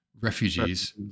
refugees